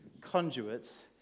conduits